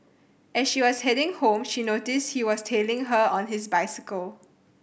as she was heading home she noticed he was tailing her on his bicycle